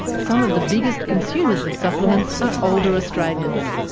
some of the biggest consumers of supplements are older australians.